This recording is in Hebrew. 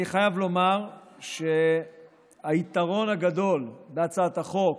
אני חייב לומר שהיתרון הגדול בהצעת החוק